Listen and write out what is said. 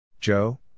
Joe